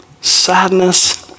sadness